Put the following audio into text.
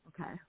Okay